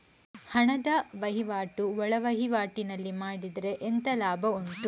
ಹಣದ ವಹಿವಾಟು ಒಳವಹಿವಾಟಿನಲ್ಲಿ ಮಾಡಿದ್ರೆ ಎಂತ ಲಾಭ ಉಂಟು?